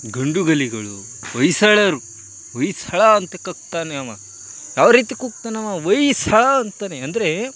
ಗಂಡುಗಲಿಗಳು ಹೊಯ್ಸಳರು ಹೊಯ್ಸಳ ಅಂತ ಕೂಗ್ತಾನೆ ಅವ ಯಾವರೀತಿ ಕೂಗ್ತಾನವ ಹೊಯ್ ಸಳ ಅಂತಾನೆ ಅಂದರೆ